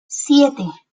siete